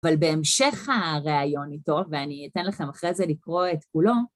אבל בהמשך הראיון איתו, ואני אתן לכם אחרי זה לקרוא את כולו,